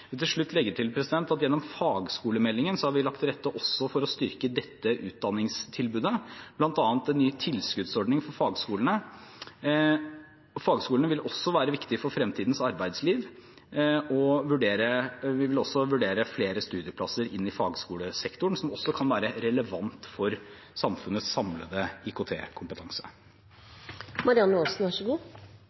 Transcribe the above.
vil til slutt legge til at gjennom fagskolemeldingen har vi lagt til rette også for å styrke dette utdanningstilbudet, bl.a. ved en ny tilskuddsordning for fagskolene. Fagskolene vil også være viktige for fremtidens arbeidsliv. Og vi vil vurdere flere studieplasser inn i fagskolesektoren, som også kan være relevant for samfunnets samlede